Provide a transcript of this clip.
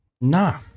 Nah